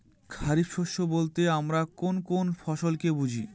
খরিফ শস্য বলতে আমরা কোন কোন ফসল কে বুঝি?